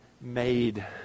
made